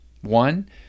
one